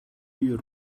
your